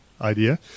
idea